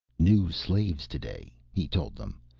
new slaves today, he told them,